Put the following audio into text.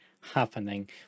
happening